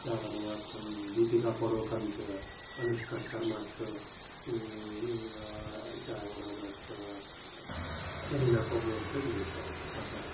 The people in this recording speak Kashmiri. کیٛاہ وَنو اَتھ دِپِکا پاڈوکَن چھِ انوشکا شرما چھُ کیٛاہ وَنان اَتھ کریٖنا کپوٗر چھِ یِم چھِ پَسنٛد